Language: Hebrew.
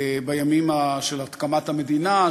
בימים של הקמת המדינה,